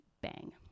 bang